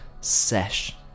sesh